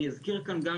אני אזכיר כאן גם,